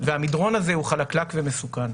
והמדרון הזה הוא חלקלק ומסוכן.